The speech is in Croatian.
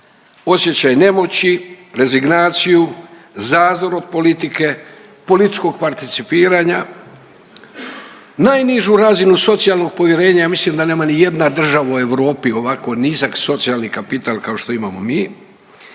osjećaj nemoći, rezignaciju, zazor od politike, političkog participiranja, najnižu razinu socijalnog povjerenja ja mislim da nema ni jedna država u Europi ovako nizak socijalni kapital kao što imamo mi